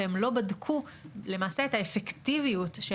ולמעשה הם לא בדקו את האפקטיביות של